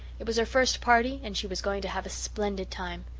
it was her first party and she was going to have a splendid time.